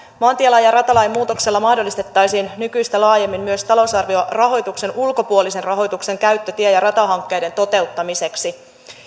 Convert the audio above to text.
maantielain ja ratalain muutoksella mahdollistettaisiin nykyistä laajemmin myös talousarviorahoituksen ulkopuolisen rahoituksen käyttö tie ja ja ratahankkeiden toteuttamiseksi